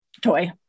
Toy